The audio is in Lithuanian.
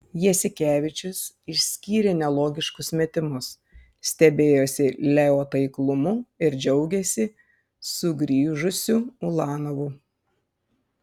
jasikevičius išskyrė nelogiškus metimus stebėjosi leo taiklumu ir džiaugėsi sugrįžusiu ulanovu